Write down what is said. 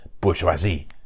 bourgeoisie